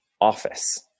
office